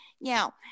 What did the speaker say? Now